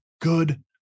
good